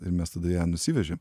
ir mes tada ją nusivežėm